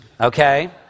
okay